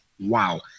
Wow